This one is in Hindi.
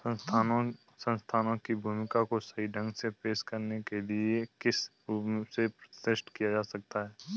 संस्थानों की भूमिका को सही ढंग से पेश करने के लिए किस रूप से प्रतिष्ठित किया जा सकता है?